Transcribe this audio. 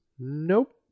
nope